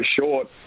short